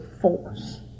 force